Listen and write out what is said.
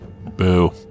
Boo